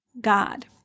God